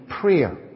prayer